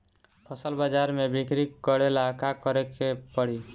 फसल बाजार मे बिक्री करेला का करेके परी?